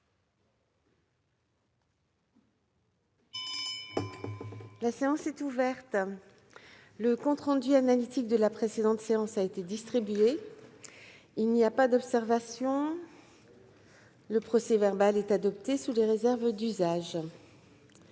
La séance est ouverte. Le compte rendu analytique de la précédente séance a été distribué. Il n'y a pas d'observation ?... Le procès-verbal est adopté sous les réserves d'usage.